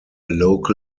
local